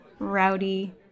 rowdy